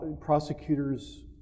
prosecutors